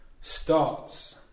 starts